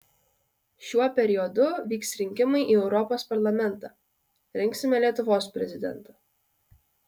šiuo periodu vyks rinkimai į europos parlamentą rinksime lietuvos prezidentą